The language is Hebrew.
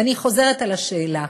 ואני חוזרת על השאלה: